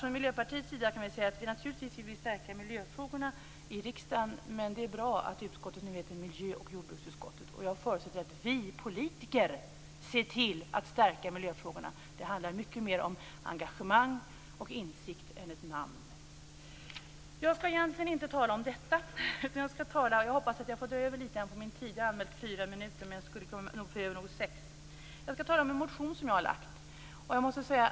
Från Miljöpartiets sida vill vi naturligtvis stärka miljöfrågorna i riksdagen, men det är bra att utskottet nu heter miljö och jordbruksutskottet. Jag förutsätter att vi politiker ser till att stärka miljöfrågorna. Det handlar mycket mer om engagemang och insikt än om ett namn. Jag skall egentligen inte tala om detta, utan jag skall tala om en motion som jag har väckt.